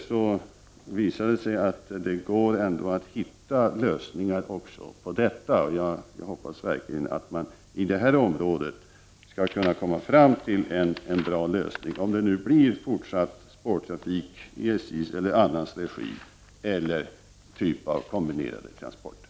Det visar sig att man med förenade krafter kan hitta lösningar också på detta. Jag hoppas verkligen att man i det här sammanhanget skall kunna komma fram till en bra lösning, oavsett om det nu blir fortsatt spårtrafik i SJ:s regi eller i annan regi eller om det blir någon typ av kombinerade transporter.